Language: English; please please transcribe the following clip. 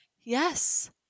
Yes